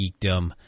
geekdom